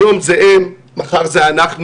היום זה הם, מחר זה אנחנו.